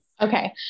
Okay